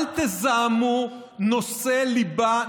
אל תזהמו נושא ליבה,